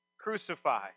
crucify